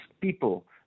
people